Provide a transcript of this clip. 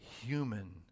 human